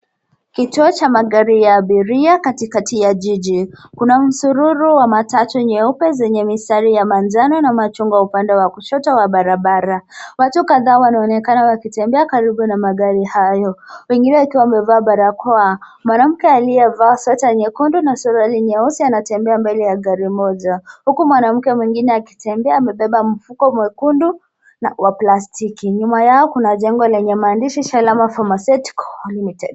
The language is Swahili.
Kituo cha magari ya abiria katikati ya jiji. Kuna msururu wa matatau meupeyenye mistari ya manjano na machungwa upande wa kushoto wa barabara. Watu kadhaa wanaonekana wakitembea karibu na magari hayo wengine wakiwa wamevaa barakoa. Mwanamke aliyevaa sweta nyekundu na suruali nyeusi anatembea mbele ya gari moja huku mwanamke mwengine akitembea amebeba mfuko mwekundu wa plastiki. Nyuma yao kuna jengo lenye maandishi salama pharmaceutical limited. .